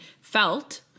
felt